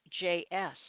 JS